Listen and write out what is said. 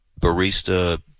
barista